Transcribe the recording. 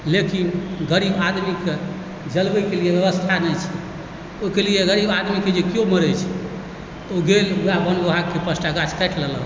लेकिन गरीब आदमीके जलबैके लिअ व्यवस्था नहि छै ओहिके लिअ गरीब आदमीके जे केओ मरै छै तऽ ओ गेल वएह वन विभागके पाँचटा गाछ काटि लेलक